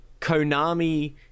Konami